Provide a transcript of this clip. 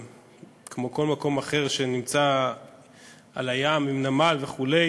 כמו כל מקום אחר שנמצא על הים, עם נמל וכו',